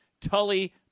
Tully